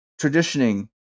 traditioning